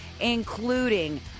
including